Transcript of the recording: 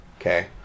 Okay